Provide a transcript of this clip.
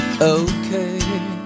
okay